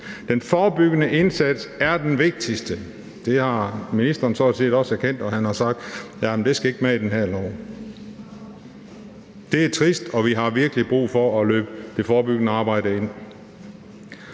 Den forebyggende indsats er den vigtigste. Det har ministeren sådan set også erkendt, og han har sagt, at det ikke skal med i det her lovforslag. Det er trist, og vi har virkelig brug for at løbe det forebyggende arbejde ind.